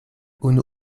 unu